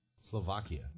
Slovakia